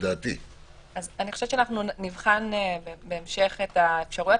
נבחן בהמשך את האפשרויות.